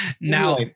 Now